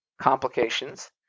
complications